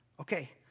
Okay